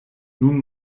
nun